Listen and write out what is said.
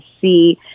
see